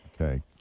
Okay